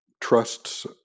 trusts